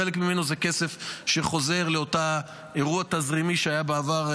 חלק ממנו זה כסף שחוזר לאותו אירוע תזרימי שהיה בעבר,